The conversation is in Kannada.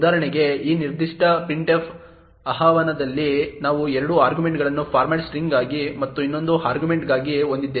ಉದಾಹರಣೆಗೆ ಈ ನಿರ್ದಿಷ್ಟ printf ಆಹ್ವಾನದಲ್ಲಿ ನಾವು 2 ಆರ್ಗ್ಯುಮೆಂಟ್ಗಳನ್ನು ಫಾರ್ಮ್ಯಾಟ್ ಸ್ಟ್ರಿಂಗ್ಗಾಗಿ ಮತ್ತು ಇನ್ನೊಂದು ಆರ್ಗ್ಯುಮೆಂಟ್ಗಾಗಿ ಹೊಂದಿದ್ದೇವೆ